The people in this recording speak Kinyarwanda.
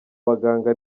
baganga